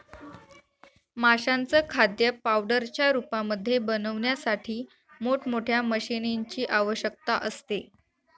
माशांचं खाद्य पावडरच्या रूपामध्ये बनवण्यासाठी मोठ मोठ्या मशीनीं ची आवश्यकता असते